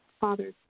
Father